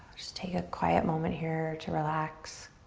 just take a quiet moment here to relax.